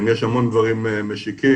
יש המון דברים משיקים,